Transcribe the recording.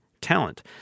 talent